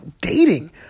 dating